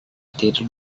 tidur